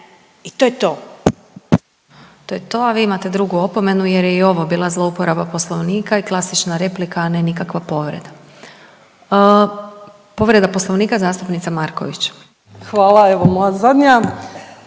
(SDP)** To je to, a vi imate drugu opomenu jer je i ovo bila zlouporaba Poslovnika i klasična replika, a ne nikakva povreda. Povreda Poslovnika zastupnica Marković. **Marković, Ivana